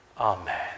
Amen